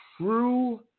True